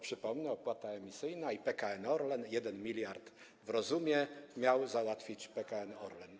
Przypomnę - opłata emisyjna i PKN Orlen, 1 mld w rozumie miał załatwić PKN Orlen.